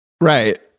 Right